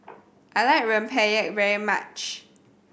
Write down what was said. I like Rempeyek very much